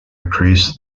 increase